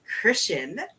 Christian